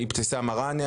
אבתיסאם מראענה,